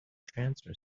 transfer